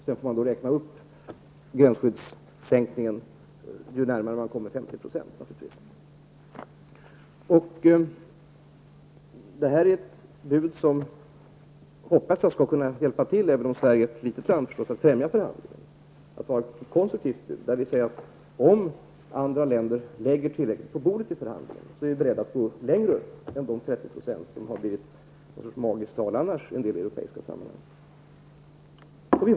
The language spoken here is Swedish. Ju närmare man sedan kommer 50 %, desto mer får man naturligtvis räkna upp gränsskyddssänkningen. Jag hoppas att vårt bud skall främja förhandlingarna, även om Sverige är ett litet land. Det är ett konstruktivt bud, där vi säger att om andra länder lägger tillräckligt på bordet i förhandlingarna, är vi beredda att gå längre än till en sänkning med 30 %, som annars blivit en sorts magisk gräns i en del andra europeiska sammanhang.